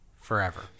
forever